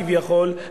כביכול,